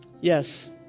yes